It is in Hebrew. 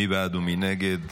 מי בעד ומי נגד?